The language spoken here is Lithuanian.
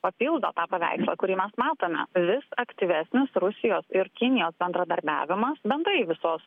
papildo tą paveikslą kurį mes matome vis aktyvesnis rusijos ir kinijos bendradarbiavimas bendrai visos